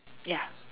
ya